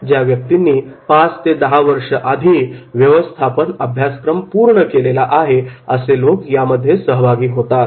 ज्या व्यक्तींनी पाच ते दहा वर्ष आधी व्यवस्थापन अभ्यासक्रम पूर्ण केलेला आहे असे लोक यामध्ये सहभागी होतात